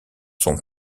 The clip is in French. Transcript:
son